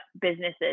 businesses